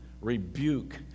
rebuke